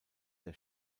der